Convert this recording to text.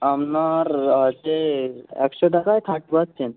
আপনার হচ্ছে একশো টাকায় থার্টি পারসেন্ট